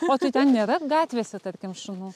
o tai ten nėra gatvėse tarkim šunų